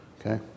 Okay